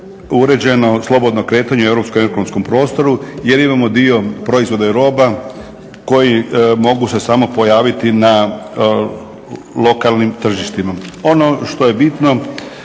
uređeno slobodno kretanje u europskom ekonomskom prostoru. Jer imamo dio proizvoda i roba koji mogu se samo pojaviti na lokalnim tržištima. Ono što je bitno